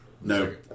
No